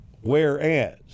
Whereas